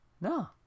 No